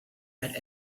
had